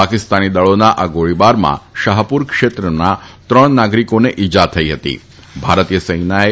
પાકિસ્તાની દળોના આ ગોળીબારમાં શાહપુર ક્ષેત્રમાં ત્રણ નાગરિકોને ઈજા થઈ હતીભારતીય સેનાએ